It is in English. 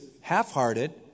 half-hearted